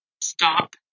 stop